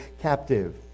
captive